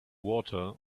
water